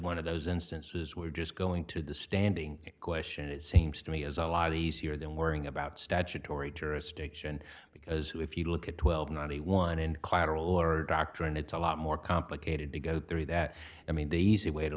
one of those instances where we're just going to the standing question it seems to me is a lot easier than worrying about statutory jurisdiction because if you look at twelve ninety one and clara lawyer doctrine it's a lot more complicated to go through that i mean the easy way to